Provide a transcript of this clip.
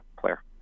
player